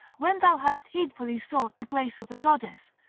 when thou hast heedfully sought the grace of the goddess,